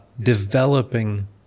developing